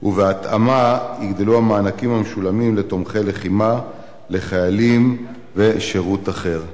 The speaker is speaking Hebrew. ובהתאמה יגדלו המענקים המשולמים לתומכי לחימה ולחיילים בשירות אחר.